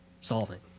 solving